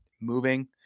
moving